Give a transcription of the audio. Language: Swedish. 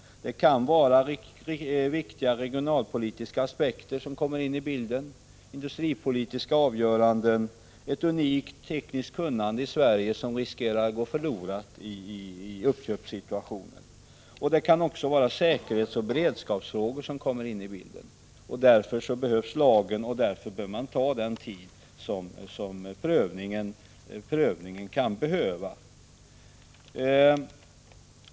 Viktiga regionalpolitiska aspekter eller industripolitiska avgöranden kan komma in i bilden. Ett unikt tekniskt kunnande i Sverige kan riskera att gå förlorat i uppköpssituationer. Det kan också komma in säkerhetsoch beredskapsfrågori bilden. Därför behövs lagen, och därför skall prövningen ta den tid som är nödvändig.